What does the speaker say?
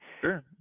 Sure